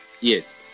Yes